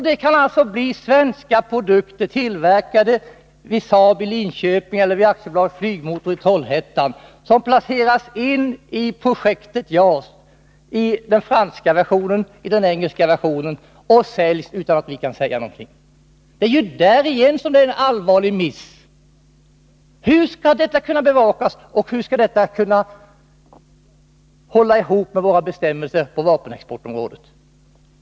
Det kan alltså bli svenska produkter, tillverkade vid Saab i Linköping eller Volvo Flygmotor AB i Trollhättan, som placeras in i den franska eller engelska versionen av JAS och säljs utan att vi kan säga någonting. Det är ju åter en allvarlig miss. Hur skall detta kunna bevakas, och hur går det ihop med våra bestämmelser på vapenexportområdet?